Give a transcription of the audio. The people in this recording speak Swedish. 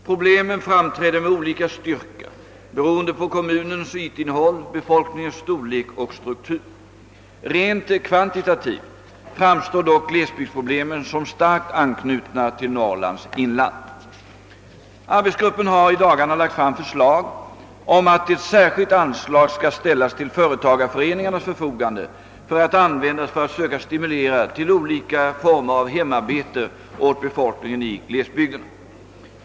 Problemen framträder med olika styrka beroende på kommunens ytinnehåll, befolkningens storlek och struktur. Rent kvantitativt framstår dock glesbygds problemen som starkt anknutna till Norrlands inland. Arbetsgruppen har i dagarna lagt fram förslag om att ett särskilt anslag skall ställas till företagarföreningarnas förfogande att användas för att söka stimulera till olika former av hemarbete åt befolkningen i glesbygderna.